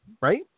right